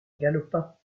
galopin